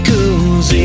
Cause